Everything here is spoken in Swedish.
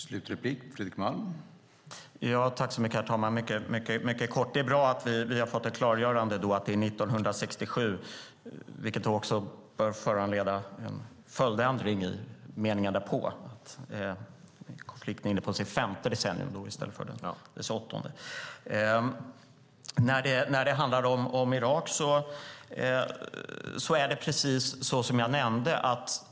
Herr talman! Mycket kort: Det är bra att vi har fått ett klargörande att det är 1967. Det bör då föranleda en följdändring i meningen därpå, att konflikten är inne på sitt femte decennium i stället för åttonde. När det handlar om Irak är det precis så som jag nämnde.